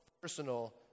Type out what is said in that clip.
personal